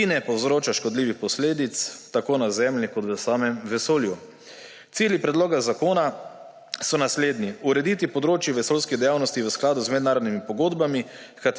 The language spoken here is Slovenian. in ne povzroča škodljivih posledic tako na Zemlji kot v samem vesolju. Cilji predloga zakona so naslednji: urediti področje vesoljskih dejavnosti v skladu z mednarodnimi pogodbami,